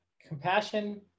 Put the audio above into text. compassion